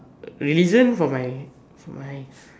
religion for my for my